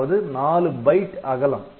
அதாவது 4 பைட் அகலம்